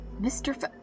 Mr